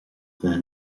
bheith